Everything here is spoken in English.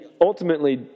ultimately